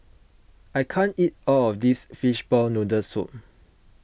I can't eat all of this Fishball Noodle Soup